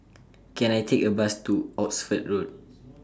Can I Take A Bus to Oxford Road